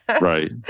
Right